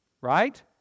Right